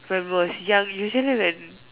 when I was young usually when